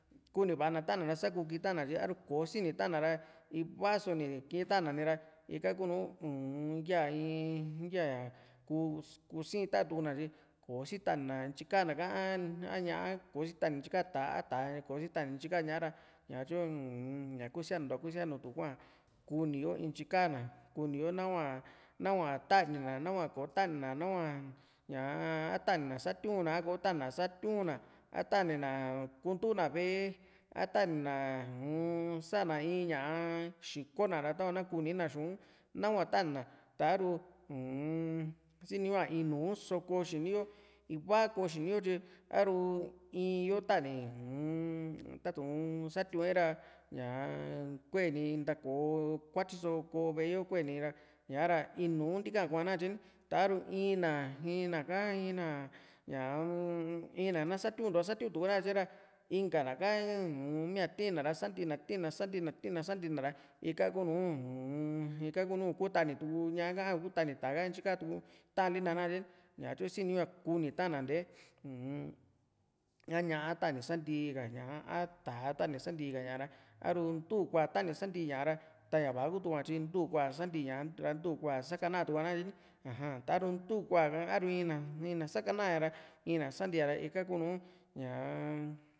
kuni va´a na ta´na ra sa kú kitana tyi a´ru kò´o sini ta´an na ra iiva´so ni kii ta´an na ra ika kunu yaa in ya kuu sii´n ta´an tuku na tyi kò´o ta´ni na intyi ka´naka a ñá´a ko sitani intyi ka tá´a a tá´a kositani ntyi ka ñá´a ra ñatyu uu-n ña kusianuntu´a kusianutu kuá kuniyo ntyi ka´na kuni yo nahua nahua tani na nahua kò´o tanina nahua ña a tanina satiu´n na a kò´o tanina satiu´n na a tani nakuntu na ve´e a tani na s´a na in ña´a xiko na ra tava na kuu ni´na xu´un nahua tani na a´ru u-n siniñu´a iinu só ko xini yo ivaa só ko xini yo tyi a´ru in yo tani u-n tatu´n satiu´e ra ña kue ni ntako kuatyi só ko ko ve´e yo kueni ra ña´rainu ntikaa´n ko´a na katye ni ta´ru in ná ka in ná ñaa-m in ná na satiuntua satiutu nakatye ra inka ná ka uu-n mia tina mía tii´n na ra santina san´ti na ra tií na antina ika kunu u-m ika kunu i´kutani tuku ñá´a ka a ni kutani tá´a ka ntyi ká tuku taán li nakatye niñaa tyu siniñu´a kuni ta´a ná ntee uu-m a ñá´a tani santii ka ña´a a tá´a tani santii ka ña´a ra a´ru ntuu kuá tani santi ña´a ra ta ña va´a kutukuá tyi ntu kuá santii ña´a ra ntu kuá sakana tuku´a na katye ni aja taru ntu kuá a´ru in na sakana ña ra in ná santia´ra ika kunu ña´a